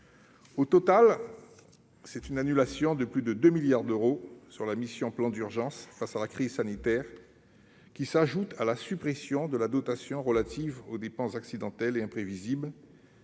Au total, c'est une annulation de plus de 2 milliards d'euros sur la mission « Plan d'urgence face à la crise sanitaire », venant s'ajouter à la suppression de la dotation relative aux dépenses accidentelles et imprévisibles,